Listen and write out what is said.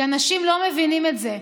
כי אנשים לא מבינים את זה,